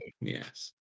Yes